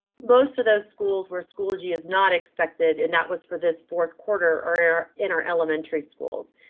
both of those schools were schoology is not expected and that was for this fourth quarter or in our elementary schools.